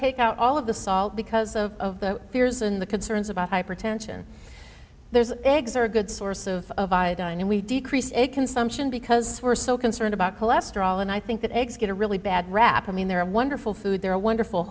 take out all of the salt because of the fears in the concerns about hypertension there's eggs are a good source of by the and we decrease it consumption because we're so concerned about cholesterol and i think that eggs get a really bad rap i mean they're a wonderful food they're a wonderful